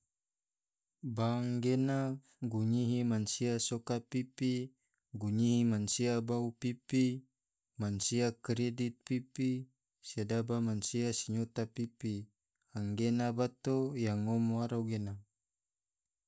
Bank ge na gunyihi mansia soka pipi, gunyihi mansia bau pipi, mansia kredit pipi, sedaba mansia sinyota pipi, anggena bato yang ngom waro gena.